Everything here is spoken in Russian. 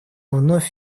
вновь